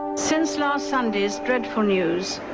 since last sunday's dreadful news,